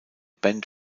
band